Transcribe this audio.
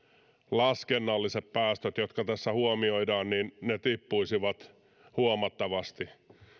laskennalliset päästöt jotka tässä huomioidaan tippuisivat huomattavasti